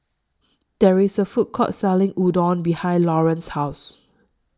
There IS A Food Court Selling Udon behind Lauren's House